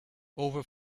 over